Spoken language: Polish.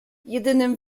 jedynym